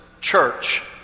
church